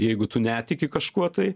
jeigu tu netiki kažkuo tai